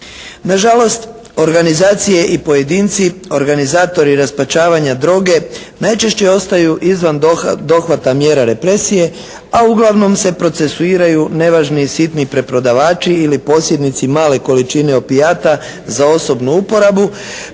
Nažalost organizacije i pojedinci, organizatori raspačavanja droge najčešće ostaju izvan dohvata mjera represije a uglavnom se procesuiraju nevažni sitni preprodavači ili posjednici male količine opijata za osobnu uporabu